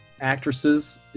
actresses